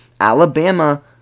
Alabama